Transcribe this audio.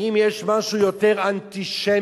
האם יש משהו יותר אנטישמי,